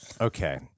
Okay